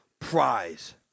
prize